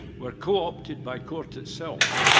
were co-opted by court itself.